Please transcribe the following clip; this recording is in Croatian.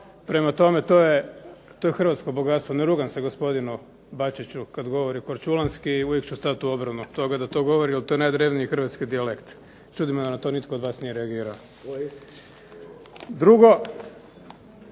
Prema tome to je hrvatsko bogatstvo. Ne rugam se gospodinu Bačiću kada govori korčulanski i uvijek ću stati u obranu toga da to govori, jer to je najdrevniji hrvatski dijalekt. Čudi me da na to nitko od vas nije reagirao. Drugo,